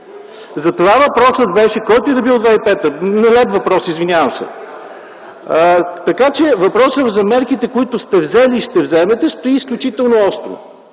Затова беше въпросът, който и да е бил 2005 г. – нелеп въпрос, извинявам се. Така че въпросът за мерките, които сте взели и ще вземете, стои изключително остро.